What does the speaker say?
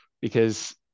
because-